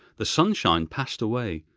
the sunshine passed away,